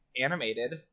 animated